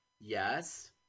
Yes